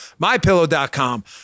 MyPillow.com